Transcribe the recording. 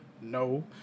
No